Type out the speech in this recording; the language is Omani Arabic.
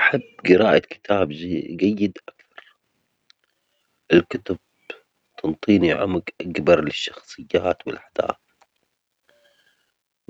هل تفضل قراءة كتاب جيد أم مشاهدة